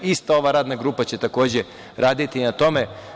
Ista ova radna grupa će, takođe, raditi na tome.